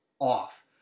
off